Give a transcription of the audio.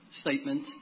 Statement